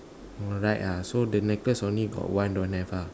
oh right ah so the necklace only got one don't have ah